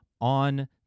on